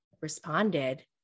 responded